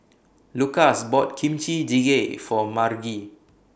Lukas bought Kimchi Jjigae For Margie